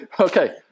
okay